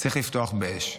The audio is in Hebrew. צריך לפתוח באש.